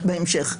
בהמשך.